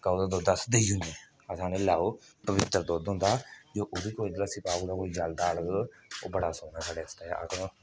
काऊ दा दुद्ध अस देई ओड़ने अस आखने लैओ पवित्तर दुद्ध होंदा जे ओहदे च कोई दलस्सी पाई कोई जागत अगर ते ओह् बड़ा सोह्ना साढ़े आस्तै